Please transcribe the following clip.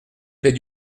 paix